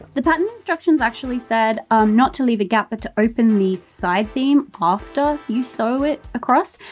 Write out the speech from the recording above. the pattern instructions actually said not to leave a gap, but to open the side seam after, you sew it across.